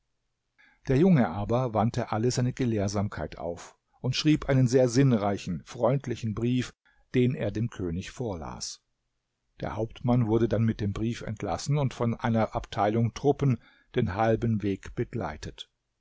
der junge aber wandte alle seine gelehrsamkeit auf und schrieb einen sehr sinnreichen freundlichen brief den er dem könig vorlas der hauptmann wurde dann mit dem brief entlassen und von einer abteilung truppen den halben weg begleitet